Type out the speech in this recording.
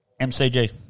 MCG